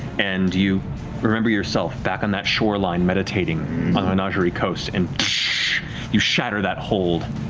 and you remember yourself back on that shoreline, meditating on the menagerie coast, and you shatter that hold.